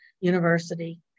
University